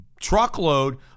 truckload